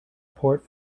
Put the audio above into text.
port